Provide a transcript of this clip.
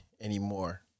anymore